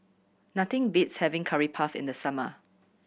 nothing beats having Curry Puff in the summer